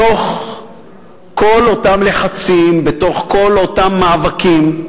בתוך כל אותם לחצים, בתוך כל אותם מאבקים,